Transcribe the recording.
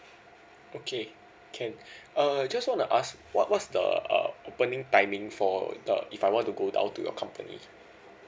okay can uh just wanna ask what what's the uh opening timing for the if I want to go down to your company